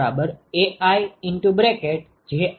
Student Refer Time 1921 તેથી આપણે એમ કહીએ કે qinetAiJi Gi